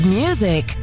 music